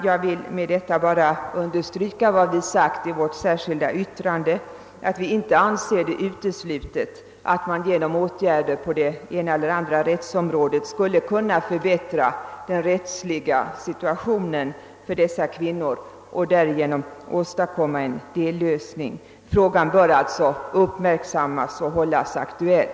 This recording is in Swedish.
Jag har med detta velat understryka vad vi sagt i vårt särskilda yttrande, att vi inte anser det uteslutet att man genom åtgärder på det ena eller det andra rättsområdet skulle kunna förbättra den rättsliga situationen för dessa kvinnor och därigenom åstadkomma en dellösning. Frågan bör alltså uppmärksammas och hållas aktuell.